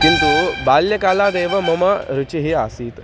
किन्तु बाल्यकालादेव मम रुचिः आसीत्